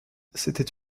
c’était